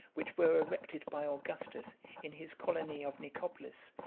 which were erected by augustus in his colony of nicopolis,